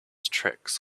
tricks